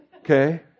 Okay